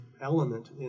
element